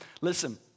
Listen